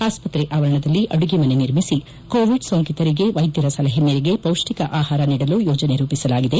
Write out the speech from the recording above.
ಆಸ್ವತ್ರೆ ಆವರಣದಲ್ಲಿ ಅಡುಗೆ ಮನೆ ನಿರ್ಮಿಸಿ ಕೋವಿಡ್ ಸೋಂಕಿತರಿಗೆ ವೈದ್ಯರ ಸಲಹೆ ಮೇರೆಗೆ ಪೌಷ್ಟಿಕ ಆಹಾರ ನೀಡಲು ಯೋಜನೆ ರೂಪಿಸಲಾಗಿದೆ